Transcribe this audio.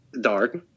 dark